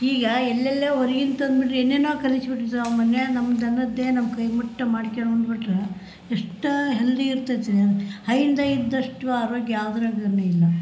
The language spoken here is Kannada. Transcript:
ಈಗ ಎಲ್ಲೆಲ್ಲೊ ಹೊರಗಿಂದು ತಂದುಬಿಟ್ರೆ ಏನೇನೊ ಕಲಸಿ ಬಿಟ್ಟಿರ್ತಾರೆ ಅವು ಮನಿಯರೆ ನಮ್ಮ ದನದ್ದೆ ನಮ್ಮ ಕೈ ಮುಟ್ಟಿ ಮಾಡ್ಕೆಂಡು ಬಿಟ್ಟರೆ ಎಷ್ಟ ಹೆಲ್ದಿ ಇರ್ತೈತೆ ಹೈನ್ದು ಇದ್ದಷ್ಟು ಆರೋಗ್ಯ ಯಾವ್ದ್ರಲ್ಲೂ ಇಲ್ಲ